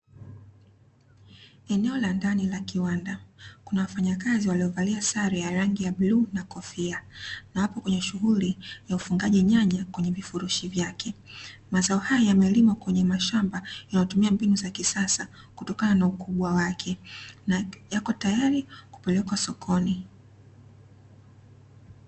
Eneo la ndani la kiwanda kuna wafanyakazi waliovalia sare ya rangi ya bluu na kofia na hapo kwenye shughuli ya ufungaji nyanya kwenye vifurushi vyake, mazao haya yamelimwa kwenye mashamba yanayotumia mbinu za kisasa kutokana na ukubwa wake na yako tayari kupelekwa sokoni.